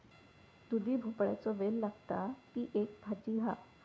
दुधी भोपळ्याचो वेल लागता, ती एक भाजी हा